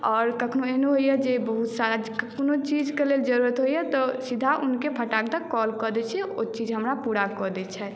आओर कखनो एहनो होइए जे बहुत सारा कोनो चीजके लेल जरूरत होइए तऽ सीधा हुनके फटाक दऽ कॉल कऽ दै छियै ओ चीज हमरा पूरा कऽ दैत छथि